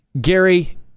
Gary